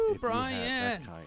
Brian